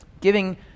giving